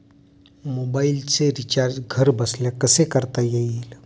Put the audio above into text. मोबाइलचे रिचार्ज घरबसल्या कसे करता येईल?